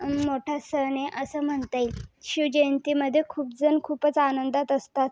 मोठा सण आहे असं म्हणता येईल शिवजयंतीमधे खूप जण खूपच आनंदात असतात